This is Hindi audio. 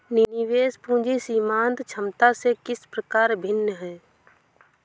निवेश पूंजी सीमांत क्षमता से किस प्रकार भिन्न है?